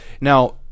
Now